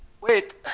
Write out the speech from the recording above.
Wait